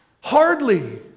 hardly